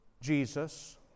Jesus